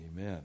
Amen